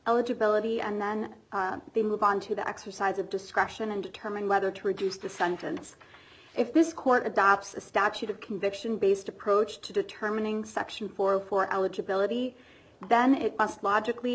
eligibility and then we move on to the exercise of discretion and term and whether to reduce the sentence if this court adopts a statute of conviction based approach to determining section four for eligibility then it must logically